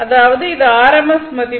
அதாவது இது rms மதிப்பு